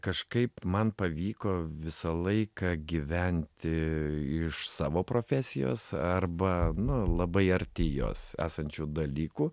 kažkaip man pavyko visą laiką gyventi iš savo profesijos arba nu labai arti jos esančių dalykų